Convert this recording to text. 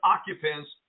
occupants